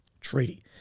treaty